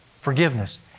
forgiveness